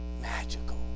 magical